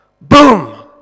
Boom